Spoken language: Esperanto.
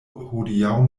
hodiaŭ